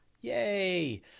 Yay